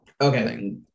Okay